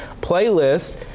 playlist